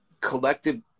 collective